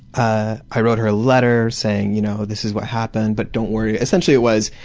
ah i wrote her a letter saying, you know, this is what happened but don't worry, essentially it was,